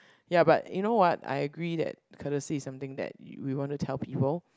ya but you know what I agree that courtesy is something that you want to tell people